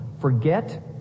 forget